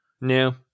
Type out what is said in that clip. No